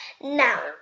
Now